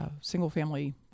single-family